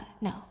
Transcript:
no